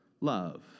love